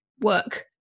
work